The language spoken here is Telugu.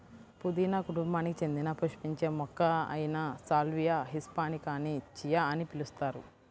పుదీనా కుటుంబానికి చెందిన పుష్పించే మొక్క అయిన సాల్వియా హిస్పానికాని చియా అని పిలుస్తారు